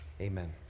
Amen